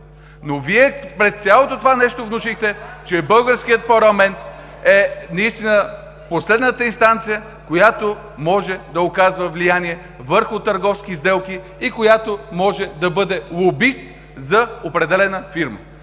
Вие през цялото това нещо внушихте, че българският парламент е последната инстанция, която може да оказва влияние върху търговски сделки и която може да бъде лобист за определена фирма.